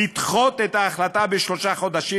לדחות את ההחלטה בשלושה חודשים,